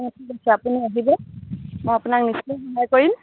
অঁ ঠিক আছে আপুনি আহিব মই আপোনাক নিশ্চয় সহায় কৰিম